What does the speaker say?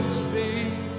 speak